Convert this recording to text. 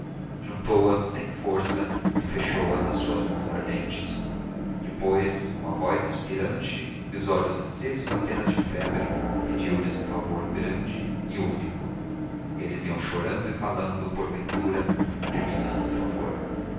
destra juntou as sem força e fechou as nas suas mãos ardentes depois com a voz expirante e os olhos acesos apenas de febre pediu-lhes um favor grande e único eles iam chorando e calando porventura adivinhando o favor